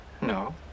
No